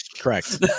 Correct